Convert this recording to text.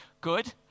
Good